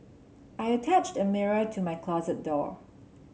I attached a mirror to my closet door